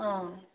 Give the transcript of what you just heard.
ꯑꯥ